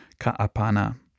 Ka'apana